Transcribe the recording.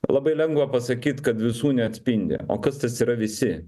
labai lengva pasakyt kad visų neatspindi o kas tas yra visi